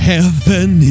Heaven